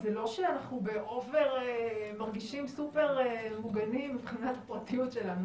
זה לא שאנחנו במרגישים "סופר" מוגנים מבחינת הפרטיות שלנו.